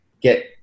get